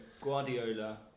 Guardiola